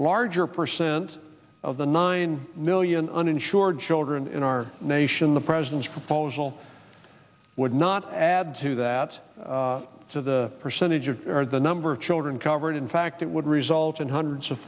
larger percent of the nine million uninsured children in our nation the president's proposal would not add to that to the percentage of the number of children covered in fact that would result in hundreds of